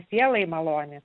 sielai malonė